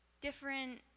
different